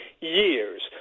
years